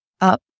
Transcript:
up